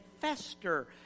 fester